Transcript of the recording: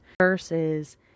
versus